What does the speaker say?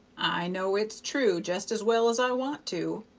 i know it's true jest as well as i want to,